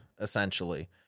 essentially